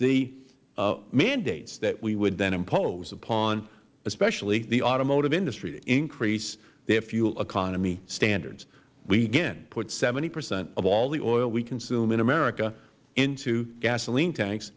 the mandates that we would then impose upon especially the automotive industry to increase their fuel economy standards we again put seventy percent of all the oil we consume in america into gasoline tanks